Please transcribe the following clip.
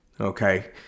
okay